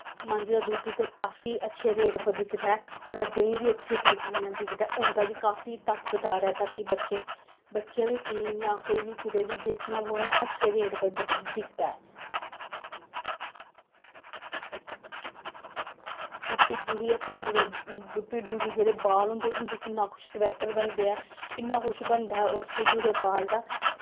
मंज दा दुद्ध ते काफी अच्छे रेट पर बिकदा ऐ ओह्दा देहीं बी अच्छे तरीके कन्नै बिकदा ऐ होंदा बी ताकतदार ऐ ताकि बच्चे बच्चे बी पीन जां कोई बी कुदै बी बेचन उऐ अच्छे रेट पर बिकदा ऐ होर भिड्डु दी भिड्डु दे भिड्डु दे जेह्ड़े बाल होंदे ऐ उंदे किन्ने स्वेट्टर बनदे ऐ किन्ना कुछ बनदा ऐ उस भिड्डु दे बाल दा